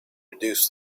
reduce